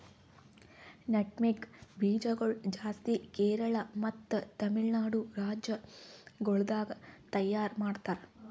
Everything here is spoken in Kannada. ನಟ್ಮೆಗ್ ಬೀಜ ಗೊಳ್ ಜಾಸ್ತಿ ಕೇರಳ ಮತ್ತ ತಮಿಳುನಾಡು ರಾಜ್ಯ ಗೊಳ್ದಾಗ್ ತೈಯಾರ್ ಮಾಡ್ತಾರ್